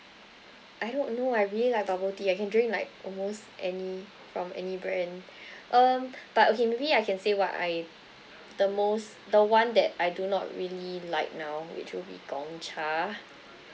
I don't know I really like bubble tea I can drink like almost any from any brand um but okay maybe I can say what I the most the one that I do not really like now which would be gong cha